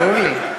ברור לי.